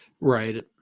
right